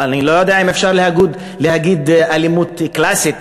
אני לא יודע אם אפשר להגיד "אלימות קלאסית",